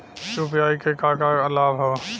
UPI क का का लाभ हव?